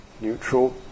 neutral